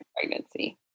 pregnancy